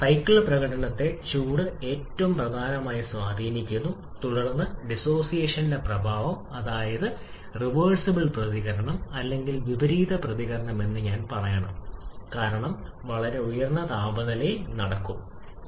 cycle പ്രകടനത്തെ ചൂട് ഏറ്റവും പ്രധാനമായി സ്വാധീനിക്കുന്നു തുടർന്ന് ഡിസോസിയേഷന്റെ പ്രഭാവം അതായത് റിവേർസിബിൾ പ്രതികരണം അല്ലെങ്കിൽ വിപരീത പ്രതികരണം ഞാൻ പറയണം വളരെ ഉയർന്ന താപനിലയിൽ നടക്കുക അത് ശ്രദ്ധിക്കും